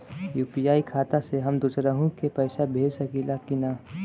UPI खाता से हम दुसरहु के पैसा भेज सकीला की ना?